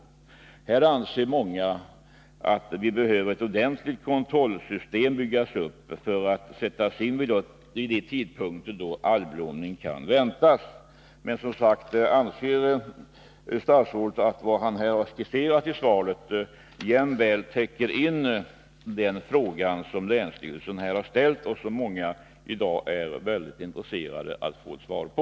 Många anser att ett ordentligt kontrollsystem behöver byggas upp för att sättas in vid de tidpunkter då algblomning kan väntas. Anser alltså statsrådet att vad han skisserat i svaret jämväl täcker in den fråga som länsstyrelsen ställt och som många i dag är mycket intresserade av att få ett svar på?